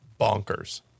bonkers